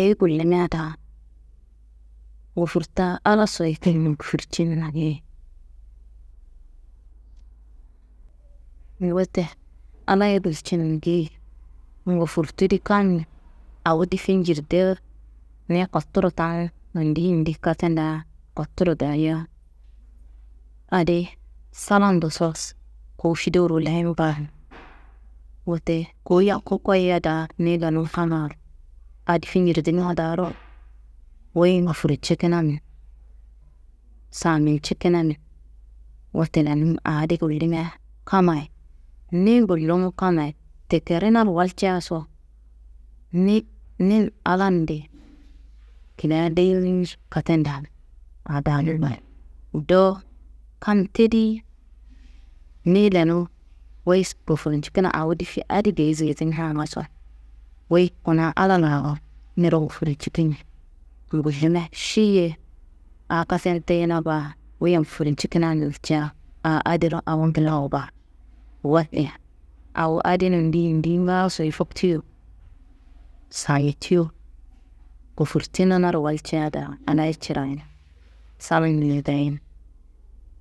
eyi gullimia daa gofurta Allahso ye kinjin gofurcinna geyi. Wote Allahayi gulcin geyi: « Ngufortu di kammi awo difi njirtea niyi kotturo tamu, nondi yindi katenda kotturo daya adi salandoso kowu fidoro leyin baa. » Wote kowu yakku koyiya daa niyi lenun fangar, aa difi jirdina daaro wuyi ngofurcekinami n, samincikinami n. Wote lenum aa di gullimia kammayi niyi gullumu kammayi tikerinaro walcaso, ni ninAllahande kila leyin katendan do kam tediyi niyi lenuwu awo difi adi geyi zirdimina ngaso, wuyi kuna Allah laaro niro ngofurcikin gullimia ši- ye a katen teyena baa wu- ye ngofurcikina gulca aa adiro awo nglawo baa. Wote awo adi nondi yindi ngaasoyi foktuyo, samitiyo, gofurtinaro walciya daa Allahayi cirayi.